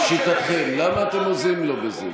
לשיטתכם, למה אתם עוזרים לו בזה?